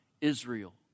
Israel